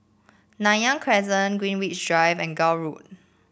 Nanyang Crescent Greenwich Drive and Gul Road